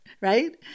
right